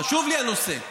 חשוב לי הנושא.